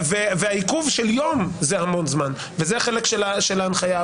והעיכוב של יום זה המון זמן, וזה החלק של ההנחיה.